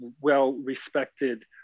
well-respected